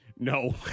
No